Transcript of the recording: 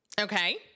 Okay